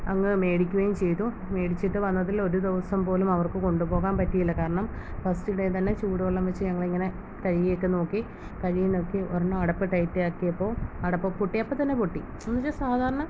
അങ്ങ് മേടിക്കുകയും ചെയ്തു മേടിച്ചിട്ട് വന്നതിൽ ഒരു ദിവസം പോലും അവർക്ക് കൊണ്ടുപോകാൻ പറ്റിയില്ല കാരണം ഫസ്റ്റ് ഡേ തന്നെ ചൂടുവെള്ളം വെച്ച് ഞങ്ങൾ ഇങ്ങനെ കഴുകിയൊക്കെ നോക്കി കഴുകി നോക്കി ഒരെണ്ണം അടപ്പ് ടൈറ്റ് ആക്കിയപ്പോൾ അടപ്പ് പൊട്ടി അപ്പം തന്നെ പൊട്ടി എന്നുവെച്ചാൽ സാധാരണ